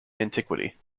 antiquity